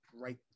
right